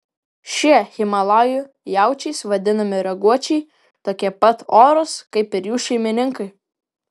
šie himalajų jaučiais vadinami raguočiai tokie pat orūs kaip ir jų šeimininkai